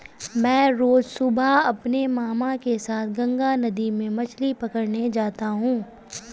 मैं रोज सुबह अपने मामा के साथ गंगा नदी में मछली पकड़ने जाता हूं